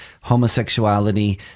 homosexuality